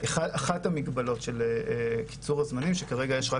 אחת המגבלות של קיצור הזמנים היא שכרגע יש רק